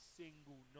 single